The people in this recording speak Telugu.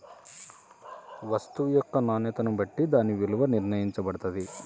వస్తువు యొక్క నాణ్యతని బట్టే దాని విలువ నిర్ణయించబడతది